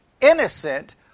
innocent